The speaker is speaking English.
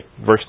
verse